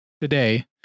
today